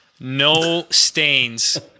no-stains